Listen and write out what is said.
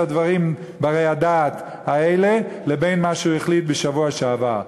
הדברים בני-הדעת האלה שהוא החליט מה שהחליט בשבוע שעבר?